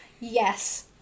Yes